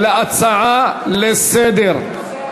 אלא הצעה לסדר-היום.